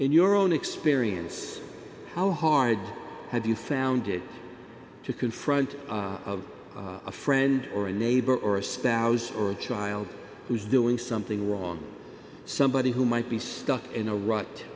in your own experience how hard have you found it to confront a friend or a neighbor or a spouse or child who's doing something wrong somebody who might be stuck in a rut